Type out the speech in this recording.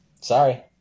Sorry